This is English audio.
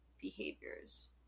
behaviors